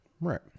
Right